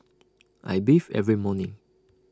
I bathe every morning